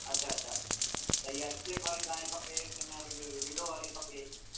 अच्छा अच्छा त इहा स्प्लिट वारी तव्हांखे खपे की न विंडो वारी खपे